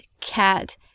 cat